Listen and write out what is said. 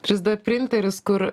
trys d printeris kur